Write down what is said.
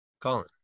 Colin